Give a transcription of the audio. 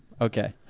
Okay